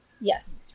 Yes